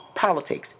politics